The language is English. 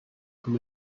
from